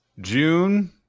June